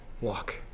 walk